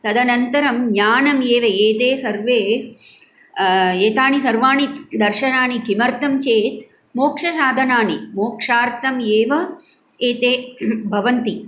तदनन्तरं ज्ञानं एव एते सर्वे एतानि सर्वाणि दर्शनानि किमर्तं चेत् मोक्षसाधनानि मोक्षार्थम् एव एते भवन्ति